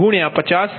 2845034